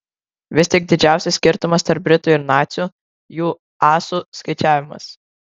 vis tik didžiausias skirtumas tarp britų ir nacių jų asų skaičiavimas